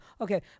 Okay